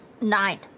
Nine